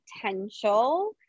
potential